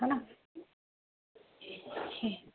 हा न हूं